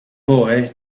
boy